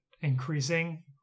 increasing